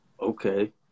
Okay